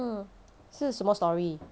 是什么 story